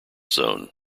zone